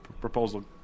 proposal